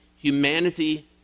Humanity